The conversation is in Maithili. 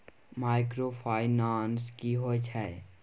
माइक्रोफाइनान्स की होय छै?